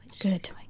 Good